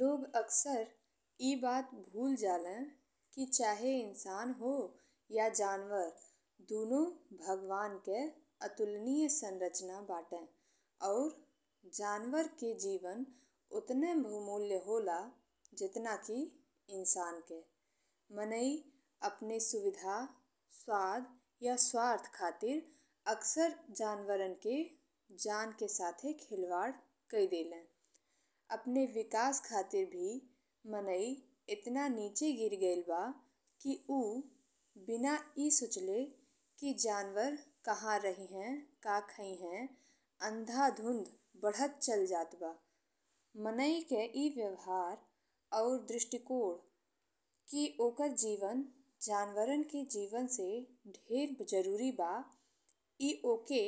लोग अक्सर ए बात भूल जाले कि चाहे इंसान हो या जानवर दुनो भगवान के अतुलनीय संरचना बा, ते और जानवर के जीवन उतने बहुमूल्य होला जेतना कि इंसान के। मनई अपने सुविधा, स्वाद या स्वार्थ खातिर अक्सर जानवरन के जान के साथे खिलवाड़ करे देले। अपने विकास खातिर भी मनई एतना नीचे गिरि गइल बा कि ऊ बिना ए सोचले कि जानवर कहां रहींहे, का खाईंहे, अंधाधुंध बढ़त चली जात बा। मनई के ए व्यवहार और दृष्टिकोण कि ओकर जीवन जानवरन के जीवन से ढेर जरूरी बा ए ओके